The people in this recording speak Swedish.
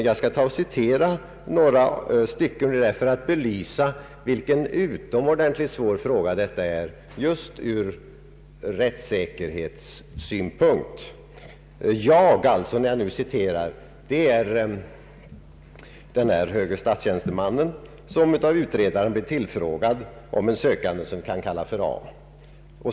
Jag skall be att få citera några avsnitt för att belysa vilken utomordentligt svår fråga detta är just från rättssäkerhetssynpunkt. Den höge statstjänstemannen blir av utredaren tillfrågad beträffande en sökande, som vi kan kalla för A.